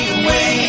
away